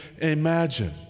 imagine